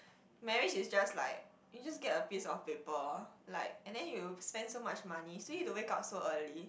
marriage is just like you just get a piece of paper like and then you spend so much money still need to wake up so early